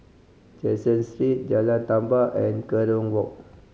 Caseen Street Jalan Tamban and Kerong Walk